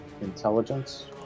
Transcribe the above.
Intelligence